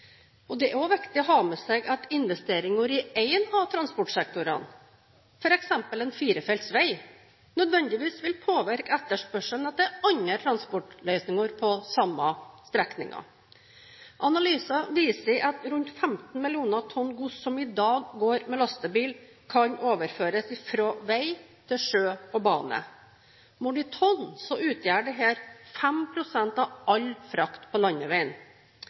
Det er også viktig å ha med seg at investeringer i én av transportsektorene, f.eks. en firefelts vei, nødvendigvis vil påvirke etterspørselen etter andre transportløsninger på samme strekning. Analyser viser at rundt 15 mill. tonn gods som i dag går med lastebil, kan overføres fra vei til sjø og bane. Målt i tonn utgjør dette 5 pst. av all frakt på landeveien.